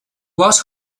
was